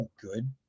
good